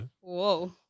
Whoa